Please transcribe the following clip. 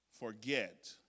Forget